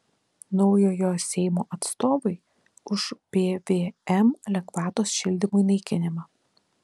naujojo seimo atstovai už pvm lengvatos šildymui naikinimą